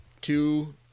two